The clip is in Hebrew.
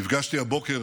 נפגשתי הבוקר